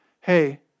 Hey